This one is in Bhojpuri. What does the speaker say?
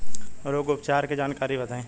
रोग उपचार के जानकारी बताई?